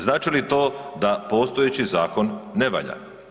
Znači li to da postojeći zakon ne valja?